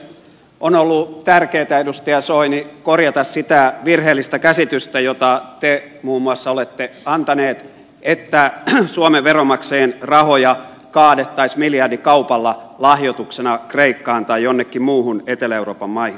on ollut tärkeätä edustaja soini korjata sitä virheellistä käsitystä jota muun muassa te olette antaneet että suomen veronmaksajien rahoja kaadettaisiin miljardikaupalla lahjoituksena kreikkaan tai joihinkin muihin etelä euroopan maihin